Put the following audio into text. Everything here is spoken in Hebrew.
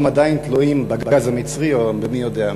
עדיין תלויים בגז המצרי או במי יודע מה.